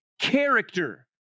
character